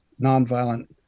nonviolent